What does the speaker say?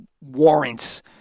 warrants